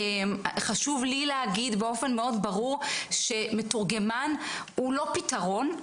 חשוב לי להגיד באופן מאוד ברור שמתורגמן הוא לא פתרון.